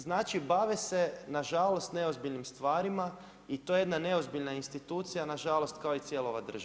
Znači bave se na žalost neozbiljnim stvarima i to je jedna neozbiljna institucija na žalost kao i cijela ova država.